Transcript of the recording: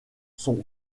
sont